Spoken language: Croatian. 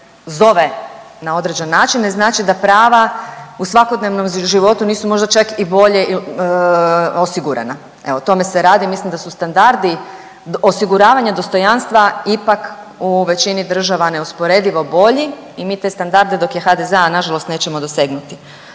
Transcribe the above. zove na određen način, ne znači da prava u svakodnevnom životu nisu možda čak i bolje osigurana. Evo, o tome se radi, mislim da su standardi osiguravanja dostojanstva ipak u većini država neusporedivo bolji i mi te standarde dok je HDZ-a, nažalost nećemo dosegnuti.